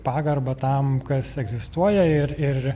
pagarbą tam kas egzistuoja ir ir